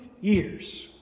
years